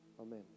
Amen